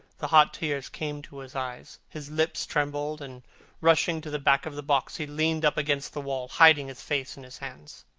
the hot tears came to his eyes. his lips trembled, and rushing to the back of the box, he leaned up against the wall, hiding his face in his hands.